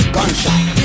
Gunshot